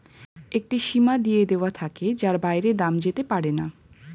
একটি সীমা দিয়ে দেওয়া থাকে যার বাইরে দাম যেতে পারেনা